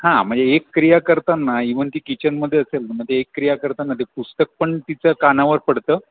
हां म्हणजे एक क्रिया करताना इव्हन ती किचनमध्ये असेल मध्ये एक क्रिया करताना ते पुस्तक पण तिचं कानावर पडतं